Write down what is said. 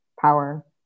power